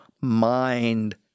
mind